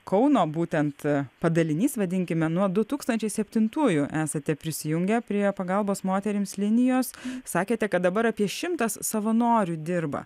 kauno būtent padalinys vadinkime nuo du tūkstančiai septinųjų esate prisijungę prie pagalbos moterims linijos sakėte kad dabar apie šimtas savanorių dirba